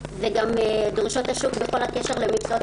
וגם דרישות השוק בכל הקשור למקצועות